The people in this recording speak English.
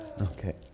Okay